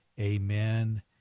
Amen